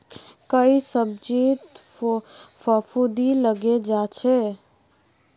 कई सब्जित फफूंदी लगे जा छे